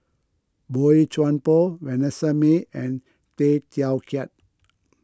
Boey Chuan Poh Vanessa Mae and Tay Teow Kiat